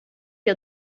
que